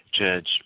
judge